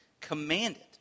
Commanded